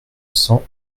cent